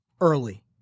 early